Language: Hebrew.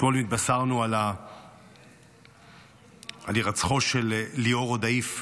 אתמול התבשרנו על הירצחו של ליאור רודאיף,